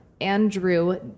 Andrew